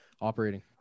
operating